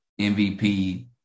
MVP